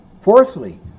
Fourthly